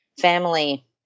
family